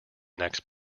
next